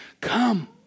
come